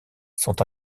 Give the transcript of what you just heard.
sont